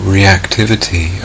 Reactivity